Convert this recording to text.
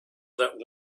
that